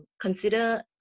consider